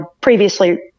previously